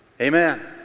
amen